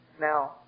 Now